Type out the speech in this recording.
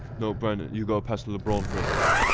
no, brandon, you've gotta pass to lebron first now.